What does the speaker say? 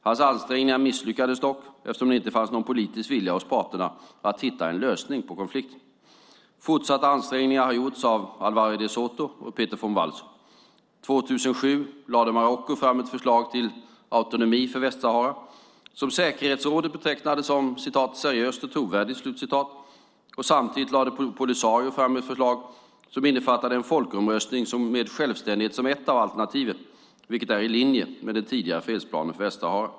Hans ansträngningar misslyckades dock, eftersom det inte fanns någon politisk vilja hos parterna att hitta en lösning på konflikten. Fortsatta ansträngningar har gjorts av Alvaro de Soto och Peter van Walsum. År 2007 lade Marocko fram ett förslag till autonomi för Västsahara, som säkerhetsrådet betecknade som "seriöst och trovärdigt". Samtidigt lade Polisario fram ett förslag som innefattade en folkomröstning med självständighet som ett av alternativen, vilket är i linje med den tidigare fredsplanen för Västsahara.